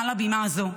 מעל הבימה הזאת,